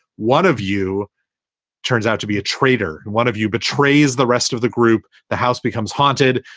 one of you turns out to be a traitor. and one of you betrays the rest of the group. the house becomes haunted,